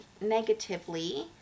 Negatively